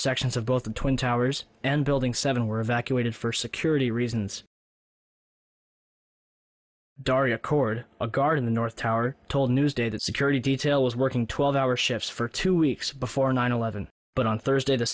sections of both the twin towers and building seven were evacuated for security reasons daria cored a guard in the north tower told newsday that security detail was working twelve hour shifts for two weeks before nine eleven but on thursday t